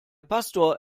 pastor